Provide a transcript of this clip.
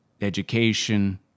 education